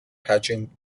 hatching